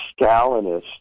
Stalinist